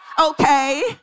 Okay